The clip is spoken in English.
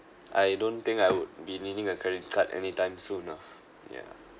I don't think I would be needing a credit card anytime soon enough lah yeah